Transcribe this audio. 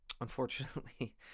unfortunately